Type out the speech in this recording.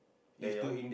then your one